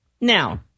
Now